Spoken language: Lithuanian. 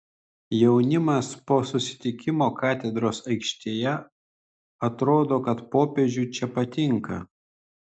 jaunimas po susitikimo katedros aikštėje atrodo kad popiežiui čia patinka